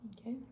Okay